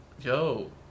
yo